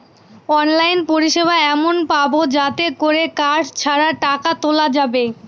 online পরিষেবা এমন পাবো যাতে করে কার্ড ছাড়া টাকা তোলা যাবে